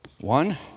one